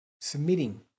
Submitting